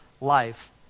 life